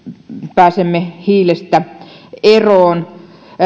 pääsemme hiilestä eroon